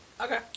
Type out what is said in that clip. Okay